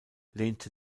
lehnte